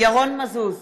ירון מזוז,